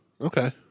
Okay